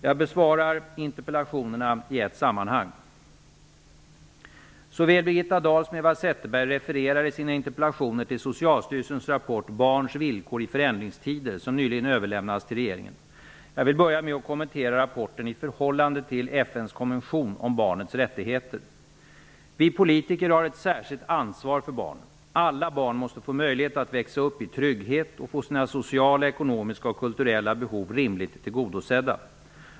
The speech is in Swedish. Jag besvarar interpellationerna i ett sammanhang. Såväl Birgitta Dahl som Eva Zetterberg refererar i sina interpellationer till Socialstyrelsens rapport Barns villkor i förändringstider, som nyligen överlämnats till regeringen. Jag vill börja med att kommentera rapporten i förhållande till FN:s konvention om barnets rättigheter. Vi politiker har ett särskilt ansvar för barnen. Alla barn måste få möjlighet att växa upp i trygghet och få sina sociala, ekonomiska och kulturella behov rimligt tillgodosedda.